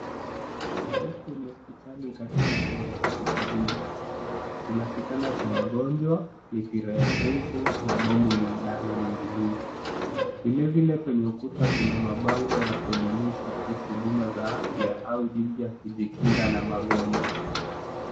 Huku ni hospitali katika chumba cha kitabibu. Kuna kitanda cha wagonjwa, mipira ya dripu na bombu linaloning'inia. Vilevile kwenye ukuta kuna mabango ya kuelimisha kuhusu huduma za afya au jinsi ya kujikinga na magonjwa.